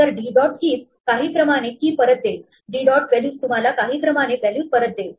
तर d dot keys काही क्रमाने key परत देईल d dot व्हॅल्यूज तुम्हाला काही क्रमाने व्हॅल्यूज परत देईल